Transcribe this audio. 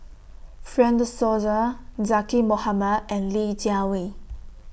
Fred De Souza Zaqy Mohamad and Li Jiawei